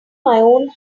house